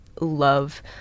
love